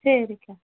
சரிக்கா